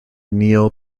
neil